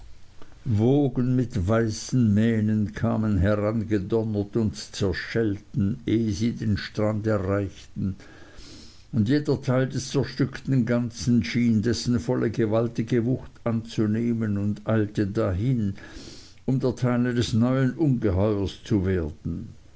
wogen mit weißen mähnen kamen herangedonnert und zerschellten ehe sie den strand erreichten und jeder teil des zerstückten ganzen schien dessen volle gewaltige wucht anzunehmen und eilte dahin um der teil eines neuen ungeheuers zu werden